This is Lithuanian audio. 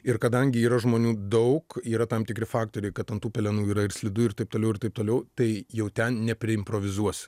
ir kadangi yra žmonių daug yra tam tikri faktoriai kad ant tų pelenų yra ir slidu ir taip toliau ir taip toliau tai jau ten nepriimprovizuosi